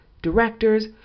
directors